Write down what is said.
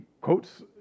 quotes